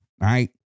right